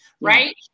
right